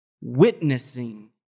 witnessing